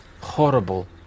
horrible